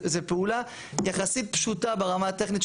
זה פעולה יחסית פשוטה ברמה הטכנית,